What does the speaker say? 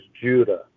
Judah